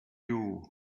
you